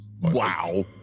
Wow